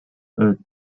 earth